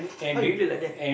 how you play like that